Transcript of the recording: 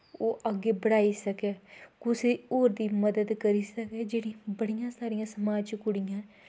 ओह् अग्गें पढ़ाई सकै कुसै होर दी मदद करी सकै जेह्ड़ी बड़ियां सारियां समाज च कुड़ियां